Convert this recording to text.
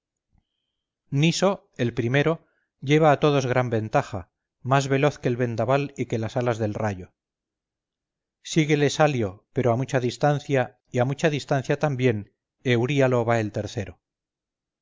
meta niso el primero lleva a todos gran ventaja más veloz que el vendaval y que las alas del rayo síguele salio pero a mucha distancia y a mucha distancia también euríalo va el tercero